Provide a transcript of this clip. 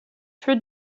true